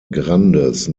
grandes